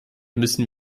müssen